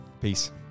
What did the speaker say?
Peace